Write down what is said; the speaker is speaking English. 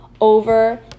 over